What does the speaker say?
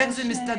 איך זה מסתדר?